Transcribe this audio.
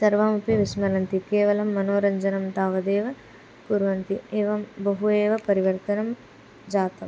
सर्वमपि विस्मरन्ति केवलं मनोरञ्जनं तावदेव कुर्वन्ति एवं बहु एव परिवर्तनं जातम्